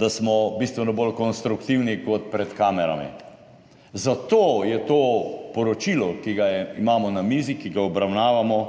da smo bistveno bolj konstruktivni kot pred kamerami. Zato je to poročilo, ki ga imamo na mizi, ki ga obravnavamo,